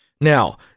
Now